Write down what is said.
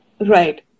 right